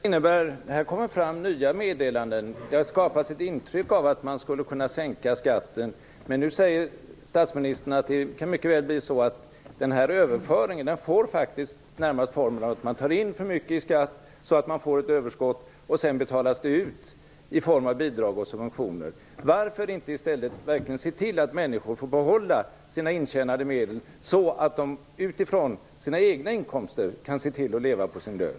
Fru talman! Här kommer det fram nya meddelanden. Det har skapats ett intryck av att man skulle kunna sänka skatten. Nu säger dock statsministern att det mycket väl kan bli så att den här överföringen närmast får formen av att man tar in för mycket i skatt så att man får ett överskott, och sedan betalas detta ut i form av bidrag och subventioner. Varför inte i stället verkligen se till att människor får behålla sina intjänade medel, så att de utifrån sina egna inkomster kan se till att leva på sin lön?